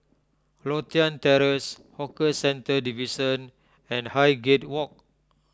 Lothian Terrace Hawker Centres Division and Highgate Walk